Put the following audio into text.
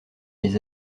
les